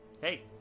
Hey